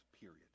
period